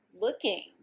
looking